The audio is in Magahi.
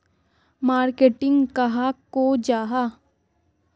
मार्केटिंग कहाक को जाहा?